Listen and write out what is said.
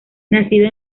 nacido